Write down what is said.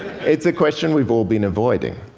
it's a question we've all been avoiding.